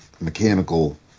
mechanical